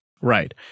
Right